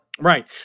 Right